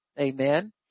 amen